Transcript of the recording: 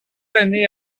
années